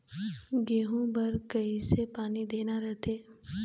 गेहूं बर कइसे पानी देना रथे?